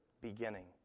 beginning